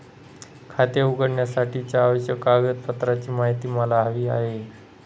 खाते उघडण्यासाठीच्या आवश्यक कागदपत्रांची माहिती मला हवी आहे